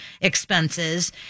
expenses